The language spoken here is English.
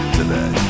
today